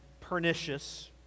pernicious